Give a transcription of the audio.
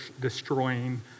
destroying